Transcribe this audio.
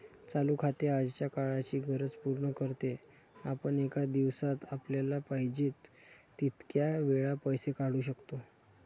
चालू खाते आजच्या काळाची गरज पूर्ण करते, आपण एका दिवसात आपल्याला पाहिजे तितक्या वेळा पैसे काढू शकतो